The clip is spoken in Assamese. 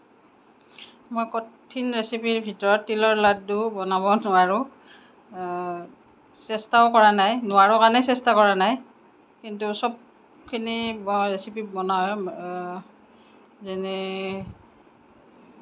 মই কঠিন ৰেচিপিৰ ভিতৰত তিলৰ লাড্ডু বনাব নোৱাৰোঁ চেষ্টাও কৰা নাই নোৱাৰোঁ কাৰণেই চেষ্টা কৰা নাই কিন্তু সবখিনি ৰেচিপি বনাওঁ যেনে